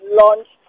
launched